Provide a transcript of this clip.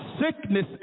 sickness